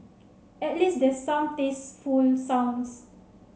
at least there's some tasteful sounds